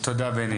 תודה, תודה בני.